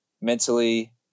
mentally